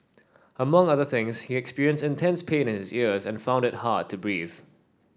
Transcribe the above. among other things he experienced intense pain in his ears and found it hard to breathe